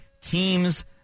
teams